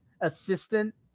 assistant